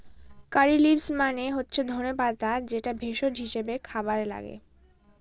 কারী leaves মানে হচ্ছে ধনে পাতা যেটা ভেষজ হিসাবে খাবারে লাগে